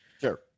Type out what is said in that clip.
Sure